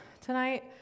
tonight